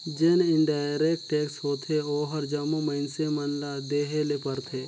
जेन indirect tax होथे ओहर जम्मो मइनसे मन ल देहे ले परथे